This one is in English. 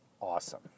awesome